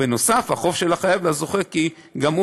נוסף על כך, החוב של החייב לזוכה, כי גם הוא